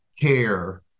care